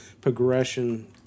progression